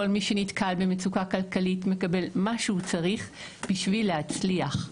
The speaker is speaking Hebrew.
כל מי שנתקל במצוקה כלכלית מקבל מה שהוא צריך בשביל להצליח.